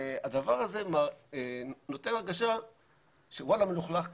והדבר הזה נותן הרגשה שוואלה, מלוכלך כאן.